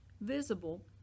visible